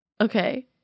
Okay